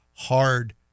hard